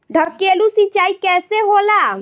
ढकेलु सिंचाई कैसे होला?